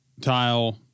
tile